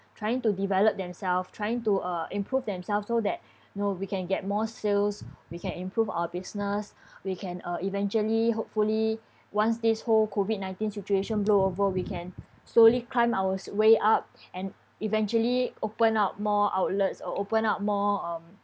trying to develop themselves trying to uh improve themselves so that you know we can get more sales we can improve our business we can uh eventually hopefully once this whole COVID nineteen situation blow over we can slowly climb our way up and eventually open up more outlets or open up more um